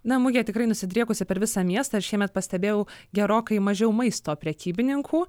na mugė tikrai nusidriekusi per visą miestą ir šiemet pastebėjau gerokai mažiau maisto prekybininkų